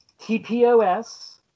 TPOS